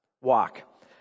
Walk